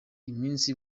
iminsi